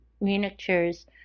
miniatures